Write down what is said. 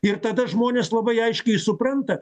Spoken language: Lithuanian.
ir tada žmonės labai aiškiai supranta